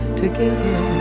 together